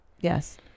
Yes